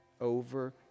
over